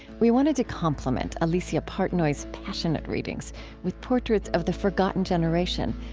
we wanted to complement alicia partnoy's passionate readings with portraits of the forgotten generation,